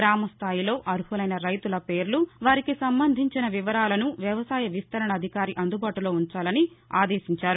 గ్రామ స్టాయిలో అర్వులైన రైతుల పేర్లు వారికి సంబంధించిన వివరాలను వ్యవసాయ విస్తరణాధికారి అందుబాటులో ఉంచాలని ఆదేశించారు